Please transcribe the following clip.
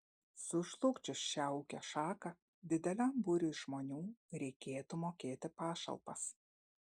sužlugdžius šią ūkio šaką dideliam būriui žmonių reikėtų mokėti pašalpas